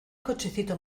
cochecito